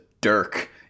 dirk